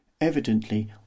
Evidently